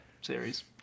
series